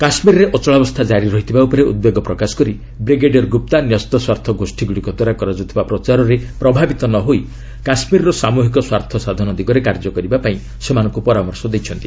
କାଶ୍ମୀରରେ ଅଚଳାବସ୍ଥା ଜାରି ରହିଥିବା ଉପରେ ଉଦ୍ବେଗ ପ୍ରକାଶ କରି ବ୍ରିଗେଡିୟର ଗୁପ୍ତା ନ୍ୟସ୍ତସ୍ୱାର୍ଥ ଗୋଷୀଗୁଡ଼ିକ ଦ୍ୱାରା କରାଯାଉଥିବା ପ୍ରଚାରରେ ପ୍ରଭାବିତ ନହୋଇ କାଶ୍କୀରର ସାମୁହିକ ସ୍ୱାର୍ଥସାଧନ ଦିଗରେ କାର୍ଯ୍ୟ କରିବାକୁ ସେମାନଙ୍କୁ ପରାମର୍ଶ ଦେଇଛନ୍ତି